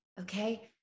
Okay